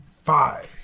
five